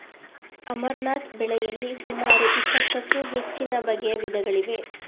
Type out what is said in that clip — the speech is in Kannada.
ಅಮರ್ನಾಥ್ ಬೆಳೆಯಲಿ ಸುಮಾರು ಇಪ್ಪತ್ತಕ್ಕೂ ಹೆಚ್ಚುನ ಬಗೆಯ ವಿಧಗಳಿವೆ